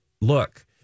look